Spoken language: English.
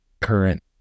current